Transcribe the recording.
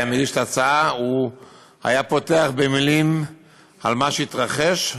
מגיש את ההצעה הוא היה פותח במילים על מה שהתרחש.